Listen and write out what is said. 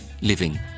living